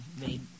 made